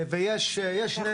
ויש שני דברים שיתקיימו.